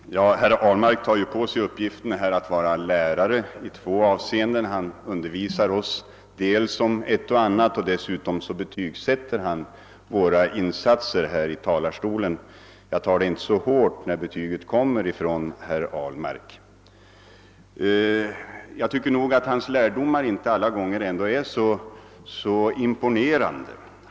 Herr talman! Herr Ahlmark tar här i två avseenden på sig uppgiften att vara lärare: dels undervisar han oss om ett och annat, dels betygsätter han våra insatser i talarstolen. Jag tar det nu inte så hårt när det är herr Ahlmark som sätter betyget. Jag tycker inte att hans lärdom är så imponerande alla gånger.